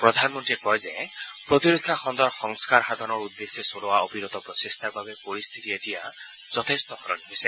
প্ৰধানমন্ৰীয়ে কয় যে প্ৰতিৰক্ষা খণ্ডৰ সংস্থাৰ সাধনৰ উদ্দেশ্যে চলোৱা অবিৰত প্ৰচেষ্টাৰ বাবে পৰিস্থিতি এতিয়া যথেষ্ট সলনি হৈছে